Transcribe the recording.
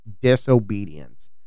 disobedience